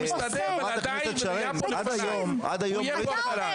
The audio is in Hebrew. הוא יסתדר בלעדיי והוא היה פה לפניי והוא יהיה פה אחריי.